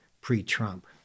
pre-Trump